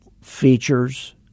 features